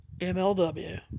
MLW